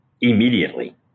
immediately